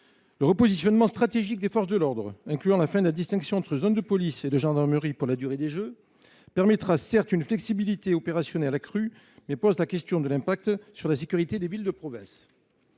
Le repositionnement stratégique des forces de l’ordre, incluant la fin de la distinction entre zones de police et de gendarmerie pour la durée des jeux, permettra certes une flexibilité opérationnelle accrue, mais pose la question de l’impact sur la sécurité des villes de province.